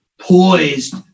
poised